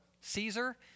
Caesar